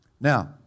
Now